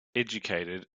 educated